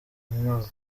mwaka